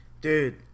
Dude